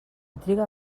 triga